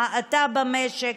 את ההאטה במשק,